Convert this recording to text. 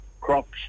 crops